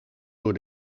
door